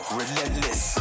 relentless